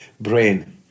brain